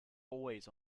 always